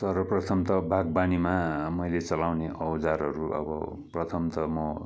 सर्वप्रथम त बागवानीमा मैले चलाउने औजारहरू अब प्रथम त म